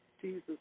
Jesus